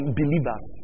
believers